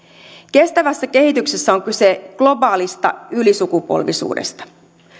kestävässä kehityksessä on kyse globaalista ylisukupolvisuudesta